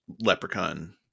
leprechaun